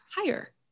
higher